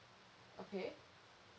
okay